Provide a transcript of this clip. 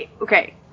okay